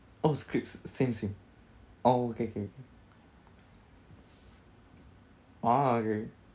oh scripts same same oh okay okay okay ah okay